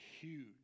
huge